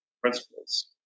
principles